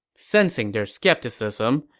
sensing their skepticism,